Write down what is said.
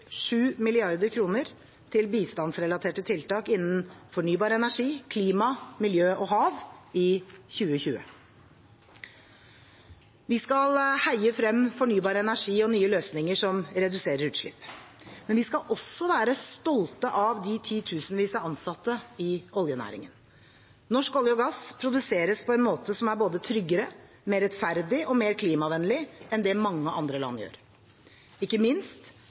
til bistandsrelaterte tiltak innen fornybar energi, klima, miljø og hav i 2020. Vi skal heie frem fornybar energi og nye løsninger som reduserer utslipp. Men vi skal også være stolte av de titusenvis ansatte i oljenæringen. Norsk olje og gass produseres på en måte som er både tryggere, mer rettferdig og mer klimavennlig enn det mange andre land gjør. Ikke minst